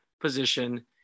position